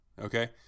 Okay